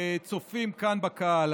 צופים כאן בקהל,